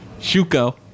Shuko